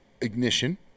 Ignition